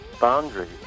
boundaries